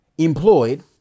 employed